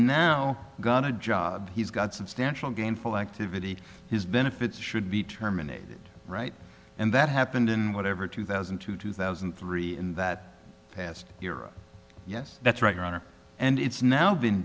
now got a job he's got substantial gainful activity his benefits should be terminated right and that happened in whatever two thousand and two two thousand and three in that past era yes that's right your honor and it's now been